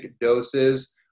doses